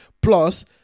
plus